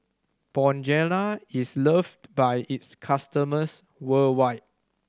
Bonjela is loved by its customers worldwide